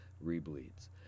re-bleeds